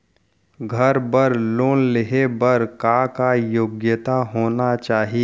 घर बर लोन लेहे बर का का योग्यता होना चाही?